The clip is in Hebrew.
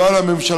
ולא על הממשלה,